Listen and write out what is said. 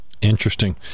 Interesting